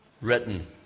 written